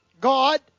God